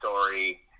story